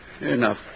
Enough